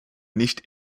nicht